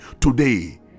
Today